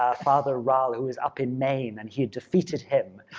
ah father raleigh who was up in maine and he had defeated him.